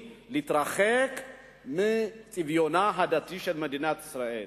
מתרחקים מצביונה הדתי של מדינת ישראל.